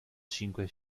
cinque